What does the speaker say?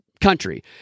country